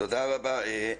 (היו"ר עופר כסיף) תודה רבה.